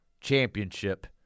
championship